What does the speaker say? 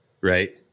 right